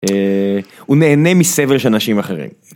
אהה.. הוא נהנה מסבל של אנשים אחרים.